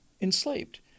enslaved